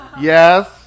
yes